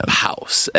house